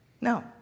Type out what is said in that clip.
No